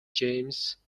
james